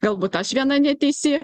galbūt aš viena neteisi